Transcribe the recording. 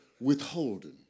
withholding